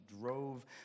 drove